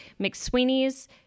McSweeney's